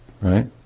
right